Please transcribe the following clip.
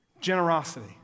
generosity